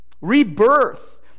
rebirth